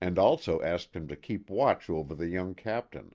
and also asked him to keep watch over the young captain,